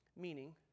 Meaning